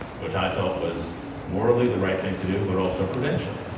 which i felt was morally the right thing to do but also prudential.